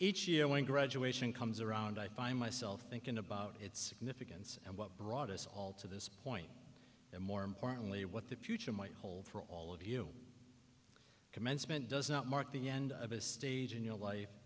each year when graduation comes around i find myself thinking about its significance and what brought us all to this point and more importantly what the future might hold for all of you commencement does not mark the end of a stage in your life